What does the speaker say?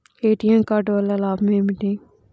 ATM card వల్ల లాభం ఏమిటి?